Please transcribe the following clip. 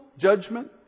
judgment